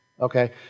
Okay